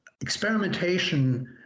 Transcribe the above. experimentation